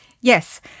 Yes